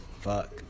Fuck